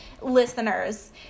listeners